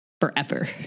forever